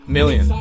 Million